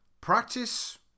practice